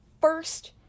first